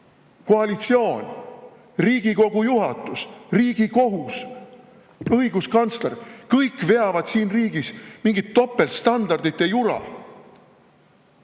koalitsioon, Riigikogu juhatus, Riigikohus, õiguskantsler. Kõik veavad siin riigis mingit topeltstandardite jura.